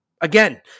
again